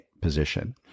position